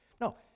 No